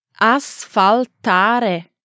Asfaltare